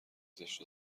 زشت